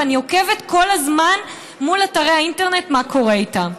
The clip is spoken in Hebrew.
ואני עוקבת כל הזמן מול אתרי האינטרנט מה קורה איתם.